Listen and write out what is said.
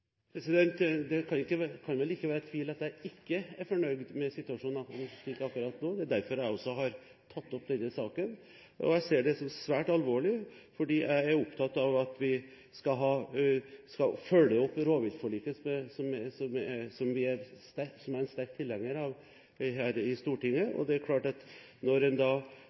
Det kan vel ikke være tvil om at jeg ikke er fornøyd med situasjonen akkurat nå – det er derfor jeg har tatt opp denne saken. Jeg ser den som svært alvorlig fordi jeg er opptatt av at vi skal følge opp rovviltforliket, som jeg er en sterk tilhenger av, her i Stortinget. Det er klart at når